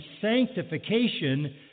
sanctification